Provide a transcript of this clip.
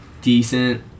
decent